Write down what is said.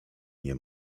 nie